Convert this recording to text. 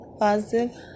positive